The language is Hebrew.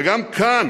וגם כאן